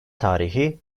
tarihi